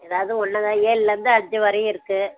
ஏதாவது ஒன்று தான் ஏழிலேருந்து அஞ்சு வரையும் இருக்குது